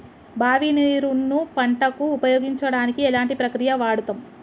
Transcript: బావి నీరు ను పంట కు ఉపయోగించడానికి ఎలాంటి ప్రక్రియ వాడుతం?